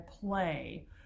play